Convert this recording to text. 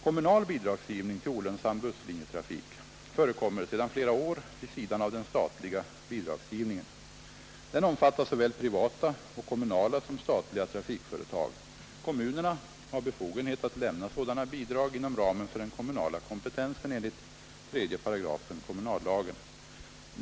Kommunal bidragsgivning till olönsam busslinjetrafik förekommer sedan flera år vid sidan av den statliga bidragsgivningen. Den omfattar såväl privata och kommunala som statliga trafikföretag. Kommunerna har befogenhet att lämna sådana bidrag inom ramen för den kommunala kompetensen enligt 3 § kommunallagen.